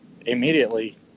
immediately